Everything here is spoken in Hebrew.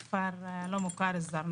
אני מכפר לא מוכר זרנוק.